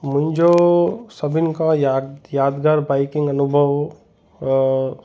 मुंहिंजो सभिनि खां यादि यादगार बाइकिंग अनुभव हो